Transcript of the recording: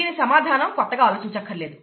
దీని సమాధానానికి కొత్తగా ఆలోచించక్కర్లేదు